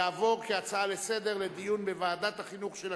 תעבור כהצעה לסדר-היום לדיון בוועדת החינוך של הכנסת.